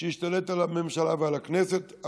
שהשתלט על הממשלה ועל הכנסת.